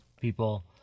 people